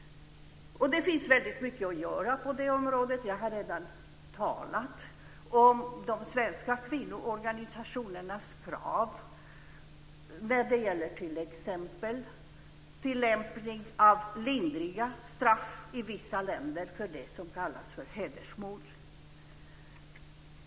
Det finns väldigt mycket att göra på det området. Jag har redan talat om de svenska kvinnoorganisationernas krav när det gäller t.ex. tillämpning av lindriga straff i vissa länder för det som kallas hedersmord.